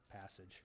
passage